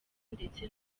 ndetse